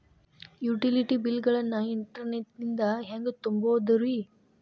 Utility bill ಗಳನ್ನ internet ನಿಂದ ಹೆಂಗ್ ತುಂಬೋದುರಿ?